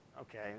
Okay